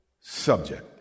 subject